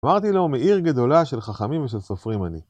אמרתי לו, "מעיר גדולה של חכמים ושל סופרים אני".